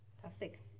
Fantastic